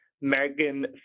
Megan